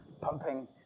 pumping